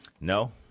No